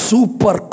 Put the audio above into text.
Super